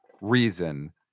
reason